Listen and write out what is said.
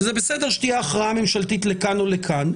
זה בסדר שתהיה הכרעה ממשלתית לכאן או לכאן,